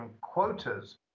quotas